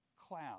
cloud